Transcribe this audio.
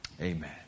Amen